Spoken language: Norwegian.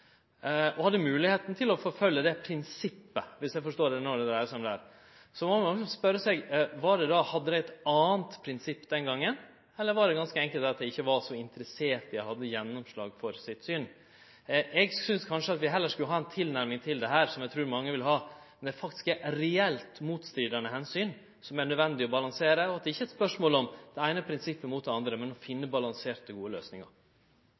og hadde moglegheit til å forfølgje det prinsippet – viss det er det det dreier seg om. Ein må då spørje: Hadde ein eit anna prinsipp den gongen, eller var det ganske enkelt det at ein ikkje var så interessert i å få gjennomslag for sitt syn? Eg synest kanskje at ein heller skulle ha den tilnærminga til dette – som eg trur mange vil ha – at det faktisk er reelt motstridande omsyn som er nødvendig å balansere. Det er ikkje eit spørsmål om det eine prinsippet opp mot det andre, men å finne balanserte, gode løysingar.